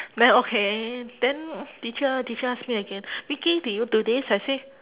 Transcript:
then okay then teacher teacher ask me again vicky did you do this I say